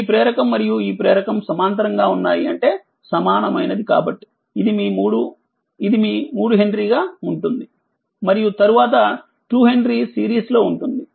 ఈ ప్రేరకం మరియు ఈ ప్రేరకం సమాంతరంగా ఉన్నాయి అంటే సమానమైన కాబట్టిఇది మీ3హెన్రీ గా ఉంటుంది మరియుతరువాత2హెన్రీ సిరీస్ లో ఉంటుంది